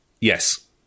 yes